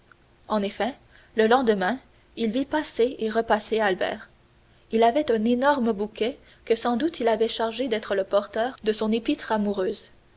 en effet le lendemain il vit passer et repasser albert il avait un énorme bouquet que sans doute il avait chargé d'être le porteur de son épître amoureuse